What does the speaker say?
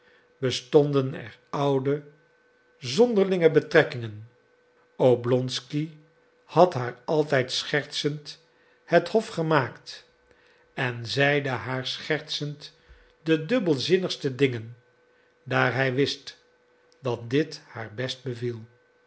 bestonden er oude zonderlinge betrekkingen oblonsky had haar altijd schertsend het hof gemaakt en zeide haar schertsend de dubbelzinnigste dingen daar hij wist dat dit haar best beviel